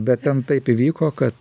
bet ten taip įvyko kad